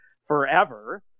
forever